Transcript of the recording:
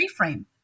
reframe